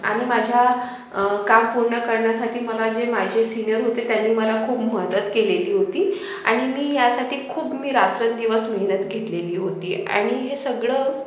आणि माझ्या काम पूर्ण करण्यासाठी मला जे माझे सिनियर होते त्यांनी मला खूप मदत केलेली होती आणि मी यासाठी खूप मी रात्रंदिवस मेहनत घेतलेली होती आणि हे सगळं